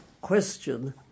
question